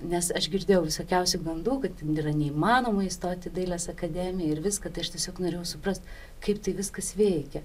nes aš girdėjau visokiausių gandų kad yra neįmanoma įstoti į dailės akademiją ir vis kad aš tiesiog norėjau suprasti kaip tai viskas veikia